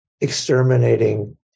exterminating